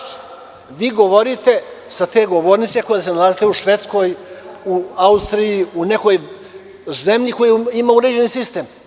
Gospodine Bečić, vi govorite sa te govornice kao da se nalazite u Švedskoj, u Austriji, u nekoj zemlji koja ima uređen sistem.